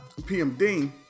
PMD